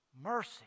mercy